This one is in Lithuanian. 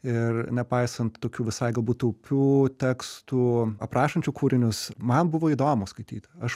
ir nepaisant tokių visai galbūt taupių tekstų aprašančių kūrinius man buvo įdomu skaityti aš